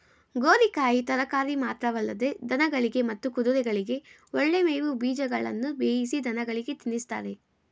ಗೋರಿಕಾಯಿ ತರಕಾರಿ ಮಾತ್ರವಲ್ಲದೆ ದನಗಳಿಗೆ ಮತ್ತು ಕುದುರೆಗಳಿಗೆ ಒಳ್ಳೆ ಮೇವು ಬೀಜಗಳನ್ನು ಬೇಯಿಸಿ ದನಗಳಿಗೆ ತಿನ್ನಿಸ್ತಾರೆ